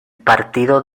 partido